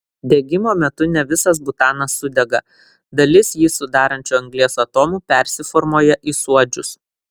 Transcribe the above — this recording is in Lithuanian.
degimo metu ne visas butanas sudega dalis jį sudarančių anglies atomų persiformuoja į suodžius